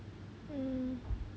mm